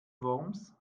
worms